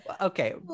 Okay